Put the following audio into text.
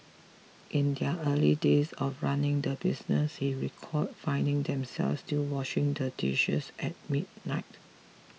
in their early days of running the business he recalled finding themselves still washing the dishes at midnight